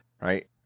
Right